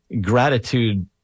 gratitude